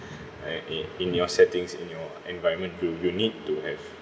all right in in your settings in your environment you you need to have